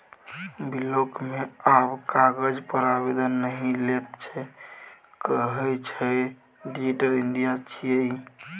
block मे आब कागज पर आवेदन नहि लैत छै कहय छै डिजिटल इंडिया छियै ई